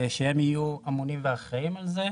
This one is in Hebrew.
שהם יהיו אמונים ואחראים על זה.